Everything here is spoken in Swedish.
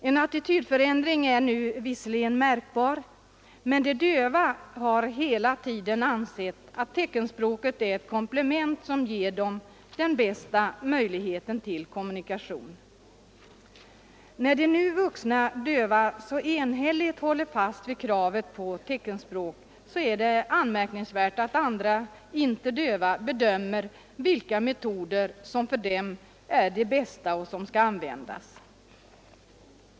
En attitydförändring är nu visserligen märkbar, men de döva har hela tiden ansett att teckenspråket är det komplement som ger dem bästa möjligheten till kommunikation. När nu de vuxna döva så enhälligt håller fast vid kravet på teckenspråk är det anmärkningsvärt att de icke döva avgör vilka metoder som är bäst för de döva och som skall användas.